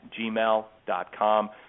gmail.com